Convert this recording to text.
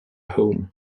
home